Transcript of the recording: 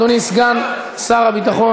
אדוני היושב-ראש,